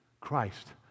Christ